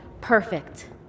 perfect